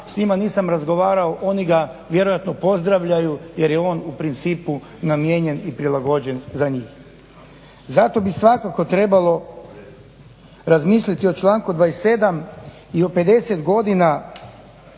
s njima nisam razgovarao, oni ga vjerojatno pozdravljaju jer je on u principu namijenjen i prilagođen za njih. Zato bi svakako trebalo razmisliti o članku 27. i o pedeset godina